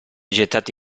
gettato